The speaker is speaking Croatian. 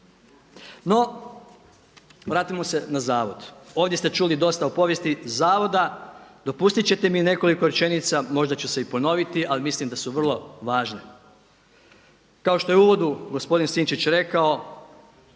No, vratimo se na zavod. Ovdje ste čuli dosta o povijesti zavoda. Dopustit ćete mi nekoliko rečenica, možda ću se i ponoviti, ali mislim da su vrlo važne. Kao što je u uvodu gospodin Sinčić rekao